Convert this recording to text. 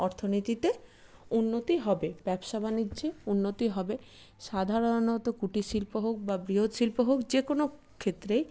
অর্থনীতিতে উন্নতি হবে ব্যবসা বাণিজ্যে উন্নতি হবে সাধারণত কুটিরশিল্প হোক বা বৃহৎ শিল্প হোক যে কোনো ক্ষেত্রেই